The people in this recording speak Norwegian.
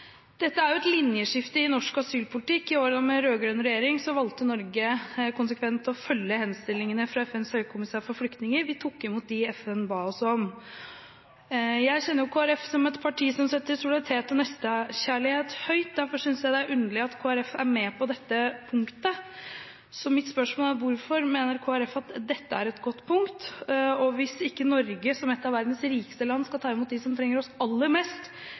Dette er et linjeskifte i norsk asylpolitikk. I årene med rød-grønn regjering valgte Norge konsekvent å følge henstillingene fra FNs høykommissær for flyktninger. Vi tok imot dem FN ba oss om å ta imot. Jeg kjenner Kristelig Folkeparti som et parti som setter solidaritet og nestekjærlighet høyt, og derfor synes jeg det er underlig at Kristelig Folkeparti er med på dette punktet. Så mitt spørsmål er: Hvorfor mener Kristelig Folkeparti at dette er et godt punkt? Og hvis ikke Norge, som et av verdens rikeste land, skal ta imot dem som trenger oss aller mest,